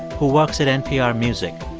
who works at npr music.